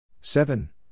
seven